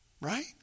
Right